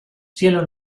cielo